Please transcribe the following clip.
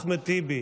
אחמד טיבי,